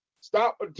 Stop